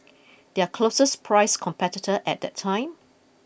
their closest priced competitor at that time